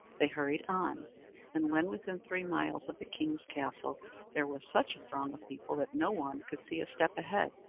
they hurried on and when within three miles of the king's castle there was such a throng of people that no one could see a step ahead.